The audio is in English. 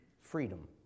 Freedom